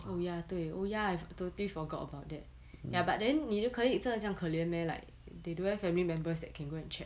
oh ya 对 oh ya I totally forgot about that ya but then 你的 colleague 真的这样可怜 meh like they don't have family members that can go and check